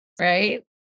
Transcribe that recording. Right